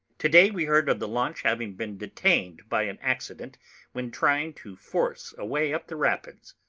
to-day we heard of the launch having been detained by an accident when trying to force a way up the rapids.